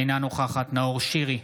אינה נוכחת נאור שירי,